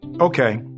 Okay